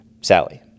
Sally